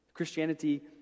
Christianity